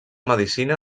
medicina